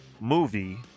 movie